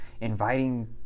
inviting